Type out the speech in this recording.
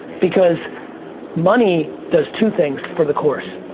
because money does two things for the course,